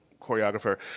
choreographer